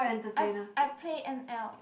I I play M_L